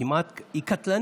היא כמעט, היא קטלנית.